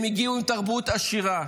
הם הגיעו עם תרבות עשירה,